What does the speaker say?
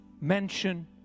mention